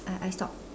I I stop